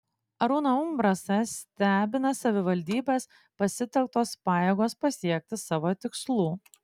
arūną umbrasą stebina savivaldybės pasitelktos pajėgos pasiekti savo tikslų